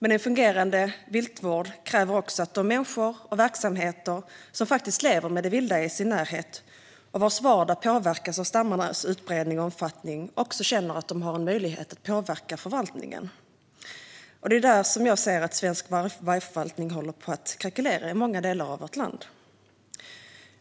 En fungerande viltvård kräver dock att de människor och verksamheter som faktiskt lever med det vilda i sin närhet och vars vardag påverkas av stammarnas utbredning och omfattning också känner att de har möjlighet att påverka förvaltningen, och där ser jag att svensk vargförvaltning håller på att krackelera i många delar av vårt land.